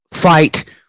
fight